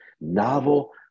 novel